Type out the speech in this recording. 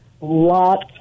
lots